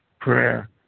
prayer